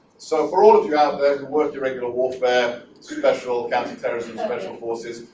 so for all of you out there who work irregular warfare, special counterterrorism, special forces,